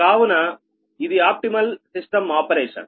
కావున ఇది optimal system operation